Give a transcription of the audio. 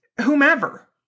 whomever